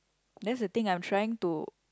that's the thing I'm trying to